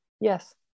Yes